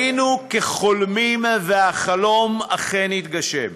היינו כחולמים, והחלום אכן התגשם.